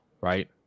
right